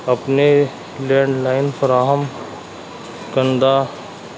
اپنے land line فراہم کنندہ